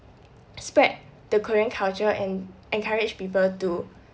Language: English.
spread the korean culture and encourage people to